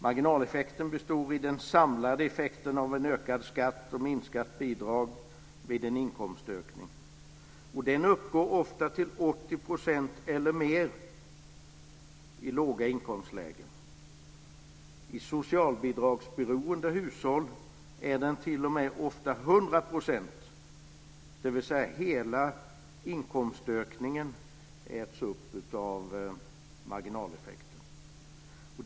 Marginaleffekten består i den samlade effekten av en ökad skatt och minskade bidrag vid en inkomstökning. Den uppgår ofta till 80 % eller mer i låga inkomstlägen. I socialbidragsberoende hushåll är den t.o.m. ofta 100 %, dvs. att hela inkomstökningen äts upp av marginaleffekten.